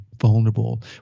vulnerable